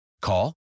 Call